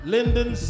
Lyndon